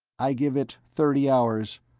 i give it thirty hours,